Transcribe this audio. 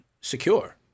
secure